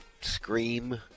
Scream